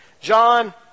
John